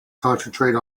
concentrate